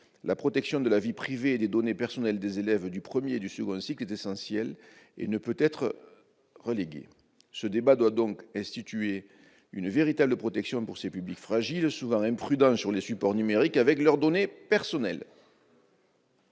La protection de la vie privée et des données personnelles des élèves du premier et du second cycles est essentielle et ne peut être négligée. Il faut donc instituer une véritable protection pour ces publics fragiles, souvent imprudents, sur les supports numériques, avec leurs données personnelles.